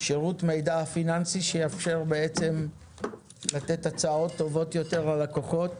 שירות מידע פיננסי שיאפשר לתת הצעות טובות יותר ללקוחות.